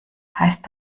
heißt